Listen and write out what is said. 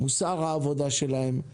מוסר העבודה שלהם,